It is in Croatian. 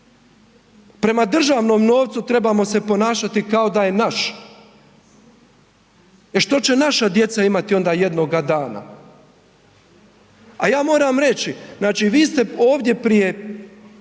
prema državnom novcu trebamo se ponašati kao da je naš, jer što će naša djeca imati onda jednoga dana. A ja moram reći, znači vi ste ovdje prije